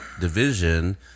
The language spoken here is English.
division